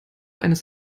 eines